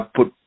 put